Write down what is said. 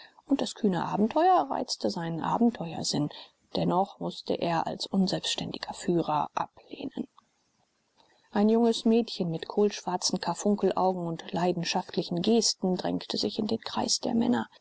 und das kühne abenteuer reizte seinen abenteurersinn dennoch mußte er als unselbstständiger führer ablehnen ein junges mädchen mit kohlschwarzen karfunkelaugen und leidenschaftlichen gesten drängte sich in den kreis der männer